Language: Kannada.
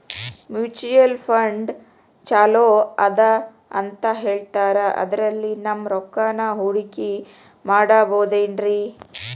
ಮ್ಯೂಚುಯಲ್ ಫಂಡ್ ಛಲೋ ಅದಾ ಅಂತಾ ಹೇಳ್ತಾರ ಅದ್ರಲ್ಲಿ ನಮ್ ರೊಕ್ಕನಾ ಹೂಡಕಿ ಮಾಡಬೋದೇನ್ರಿ?